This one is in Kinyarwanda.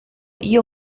iyo